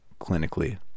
clinically